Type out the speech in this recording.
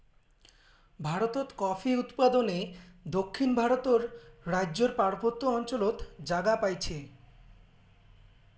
ভারতত কফি উৎপাদনে দক্ষিণ ভারতর রাইজ্যর পার্বত্য অঞ্চলত জাগা পাইছে